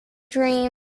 dream